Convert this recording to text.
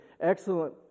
excellent